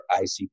ICP